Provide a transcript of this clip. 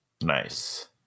Nice